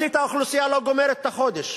שכמחצית האוכלוסייה לא גומרת את החודש,